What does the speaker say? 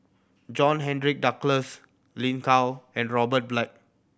John Henry Duclos Lin Gao and Robert Black